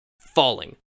falling